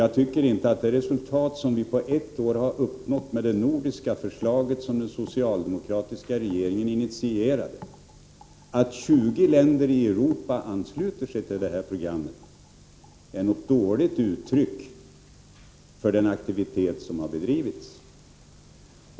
Jag tycker inte att resultatet — att 20 länder i Europa ansluter sig till det nordiska programmet som den socialdemokratiska regeringen initierade — är något dåligt uttryck för den aktivitet som har bedrivits.